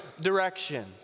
direction